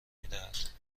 میدهد